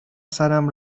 سرم